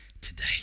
today